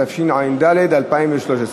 התשע"ד 2013,